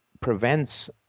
prevents